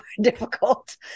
difficult